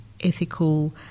ethical